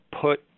put